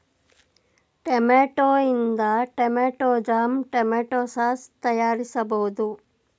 tomato ಇಂದ tomato jam, tomato sauce ತಯಾರಿಸಬೋದು